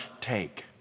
take